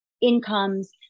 incomes